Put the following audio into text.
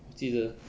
我记得